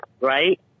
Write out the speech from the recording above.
right